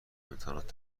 امتحانات